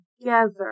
together